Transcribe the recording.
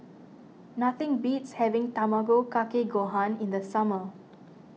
nothing beats having Tamago Kake Gohan in the summer